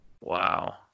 Wow